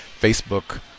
Facebook